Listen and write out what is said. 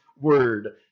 word